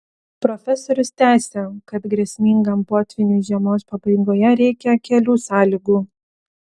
profesorius tęsia kad grėsmingam potvyniui žiemos pabaigoje reikia kelių sąlygų